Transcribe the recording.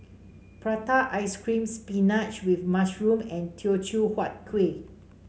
Prata Ice Cream spinach with mushroom and Teochew Huat Kueh